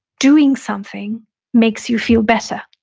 doing something makes you feel better.